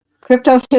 crypto